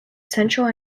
central